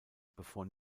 bevor